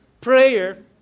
prayer